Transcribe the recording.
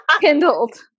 kindled